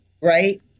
right